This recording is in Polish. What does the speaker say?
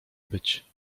być